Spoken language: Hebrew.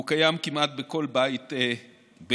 והוא קיים כמעט בכל בית בישראל.